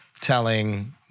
telling